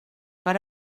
per